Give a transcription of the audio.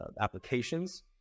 applications